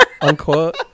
unquote